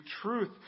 truth